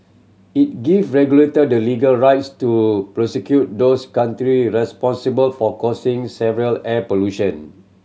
it give regulator the legal rights to prosecute those country responsible for causing severe air pollution